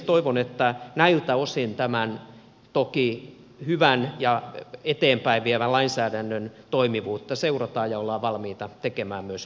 toivon että näiltä osin tämän toki hyvän ja eteenpäin vievän lainsäädännön toimivuutta seurataan ja ollaan valmiita tekemään myös korjausliikkeitä